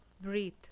breathe